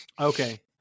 Okay